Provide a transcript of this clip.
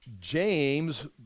James